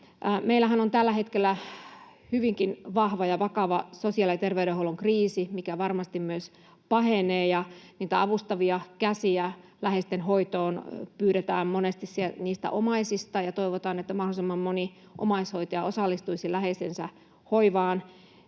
Meillähän on tällä hetkellä hyvinkin vahva ja vakava sosiaali- ja terveydenhuollon kriisi, mikä varmasti myös pahenee, ja kun niitä avustavia käsiä läheisten hoitoon pyydetään monesti niistä omaisista ja toivotaan, että mahdollisimman moni omaishoitaja osallistuisi läheisensä hoivaan,